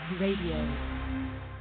radio